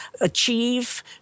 achieve